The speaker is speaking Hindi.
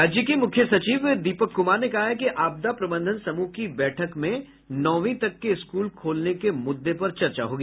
राज्य के मुख्य सचिव दीपक कुमार ने कहा है कि आपदा प्रबंधन समूह की बैठक में नौवीं तक के स्कूल खोलने के मुददे पर चर्चा होगी